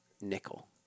Nickel